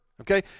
Okay